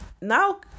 now